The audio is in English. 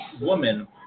woman